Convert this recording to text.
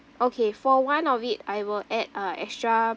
okay for one of it I will add uh extra